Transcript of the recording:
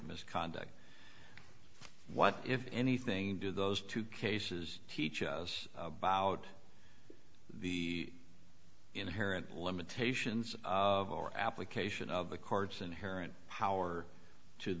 misconduct what if anything do those two cases teach us about the inherent limitations of our application of the court's inherent power to